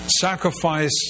Sacrifice